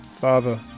Father